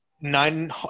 nine